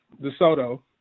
DeSoto